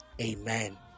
amen